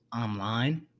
online